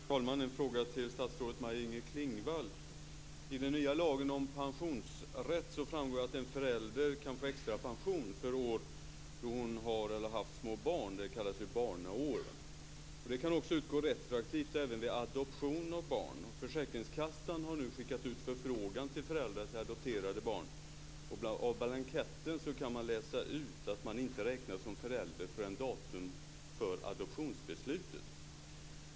Fru talman! Jag har en fråga till statsrådet Maj Inger Klingvall. I den nya lagen om pensionsrätt framgår att en förälder kan få extra pension för de år då hon har eller har haft små barn. Det kallas för barnår. Det kan också utgå retroaktivt vid adoption av barn. Försäkringskassan har nu skickat ut förfrågan till föräldrar till adopterade barn. Av blanketten kan man läsa ut att man inte räknas som förälder förrän från datum för adoptionsbeslutet.